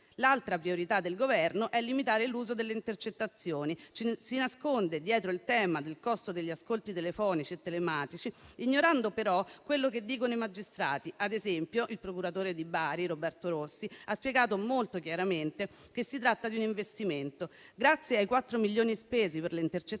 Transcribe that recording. L'altra priorità del Governo è limitare l'uso delle intercettazioni. Si nasconde dietro il tema del costo degli ascolti telefonici e telematici, ignorando però quello che dicono i magistrati. Ad esempio, il procuratore di Bari Roberto Rossi ha spiegato molto chiaramente che si tratta di un investimento. Grazie ai 4 milioni spesi per le intercettazioni,